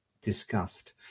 discussed